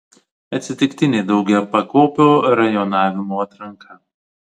atsitiktinė daugiapakopio rajonavimo atranka